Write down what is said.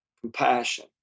compassion